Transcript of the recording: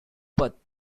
but